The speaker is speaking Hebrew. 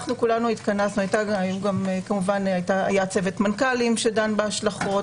אנחנו כולנו התכנסנו כמובן שהיה גם צוות מנכ"לים שדן בהשלכות